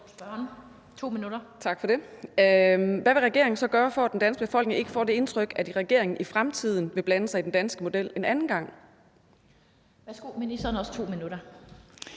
Hvad vil regeringen så gøre for, at den danske befolkning ikke får det indtryk, at regeringen i fremtiden vil blande sig i den danske model en anden gang?